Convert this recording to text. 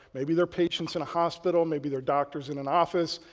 maybe they're patients in a hospital, maybe they're doctors in an office,